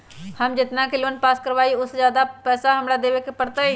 हम जितना के लोन पास कर बाबई ओ से ज्यादा पैसा हमरा देवे के पड़तई?